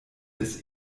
des